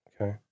Okay